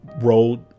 Road